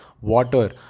water